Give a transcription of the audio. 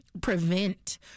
prevent